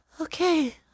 Okay